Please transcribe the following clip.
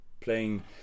playing